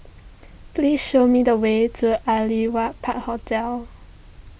please show me the way to Aliwal Park Hotel